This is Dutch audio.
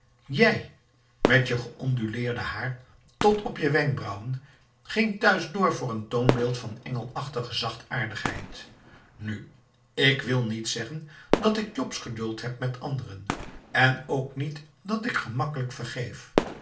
jij met je geonduleerde haar tot op je wenkbrauwen ging thuis door voor een toonbeeld van engelachtige zachtaardigheid nu ik wil niet zeggen dat ik jobsgeduld heb met anderen en ook niet dat ik gemakkelijk vergeef